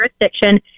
jurisdiction